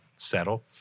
Settle